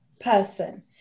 person